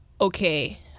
okay